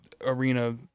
arena